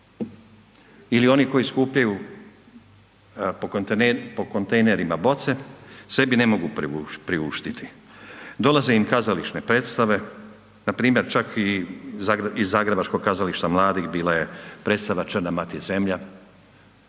ili oni koji skupljaju po kontejnerima boce sebi ne mogu priuštiti, dolaze im kazališne predstave npr. čak iz ZKM-a bila je predstava „Črna mati zemlja“,